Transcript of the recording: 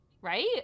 right